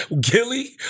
Gilly